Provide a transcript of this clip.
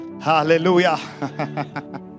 hallelujah